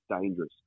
dangerous